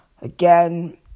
Again